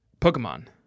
Pokemon